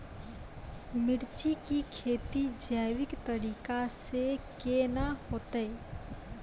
मिर्ची की खेती जैविक तरीका से के ना होते?